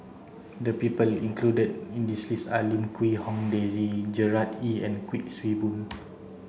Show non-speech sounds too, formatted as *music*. the people included in this list are Lim Quee Hong Daisy Gerard Ee and Kuik Swee Boon *noise*